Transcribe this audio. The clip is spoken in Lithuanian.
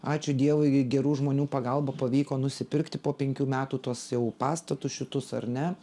ačiū dievui gerų žmonių pagalba pavyko nusipirkti po penkių metų tuos jau pastatus šitus ar ne